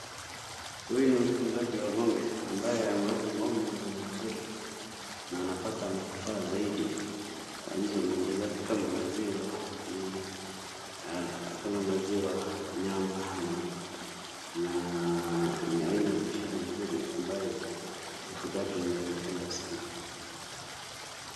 Huyu ni mfugaji wa ng'ombe ambaye ameweka ng'ombe nzuri nzuri na anapata manufaa zaidi kwa hizo ng'ombe zake kama maziwa, nyama na ni aina ya biashara nzuri ambayo hufugaji unayoipenda sana.